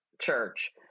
church